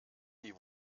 die